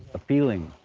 a feeling.